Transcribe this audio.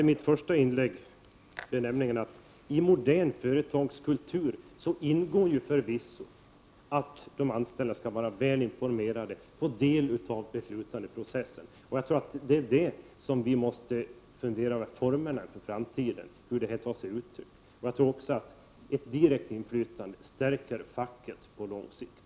I modern företagskultur ingår förvisso, som jag sade i mitt första inlägg, att de anställda skall vara väl informerade och få ta del av beslutsprocessen. Jag tror att vi måste fundera över formerna för det för framtiden. Jag tror också att ett direkt inflytande på lång sikt stärker facket.